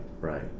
right